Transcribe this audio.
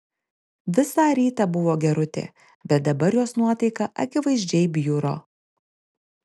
visą rytą buvo gerutė bet dabar jos nuotaika akivaizdžiai bjuro